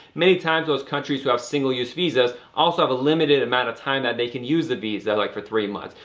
many times those countries who have single-use visas also have a limited amount of time that they can use the visa, like for three months.